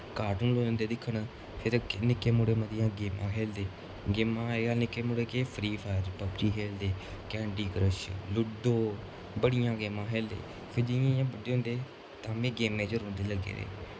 cartoon लगी पौंदे दिक्खन फिर निक्के मुड़े मतियां गेमां खेलदे गेमां एह् निक्के मुड़े केह् फ्री फायर पबजी खेलदे कैंडी क्रश लूडो बड़ियां गेमां खेलदे फ्ही जियां जियां बड्डे होंदे तां बी गेमें च रौंह्दे लग्गे दे